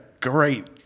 great